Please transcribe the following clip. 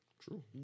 True